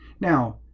Now